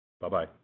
Bye-bye